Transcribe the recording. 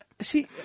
See